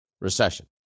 Recession